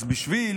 אז בשביל